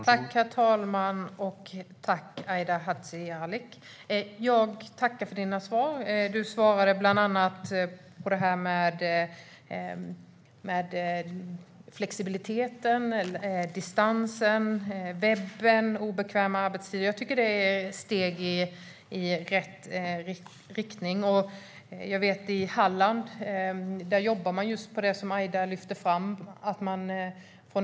Herr talman! Jag tackar för dina svar, Aida Hadzialic. Du svarade bland annat på frågan om flexibiliteten, utbildning på distans via webben och obekväma arbetstider. Det är steg i rätt riktning. I Halland jobbar man med det som Aida lyfte fram.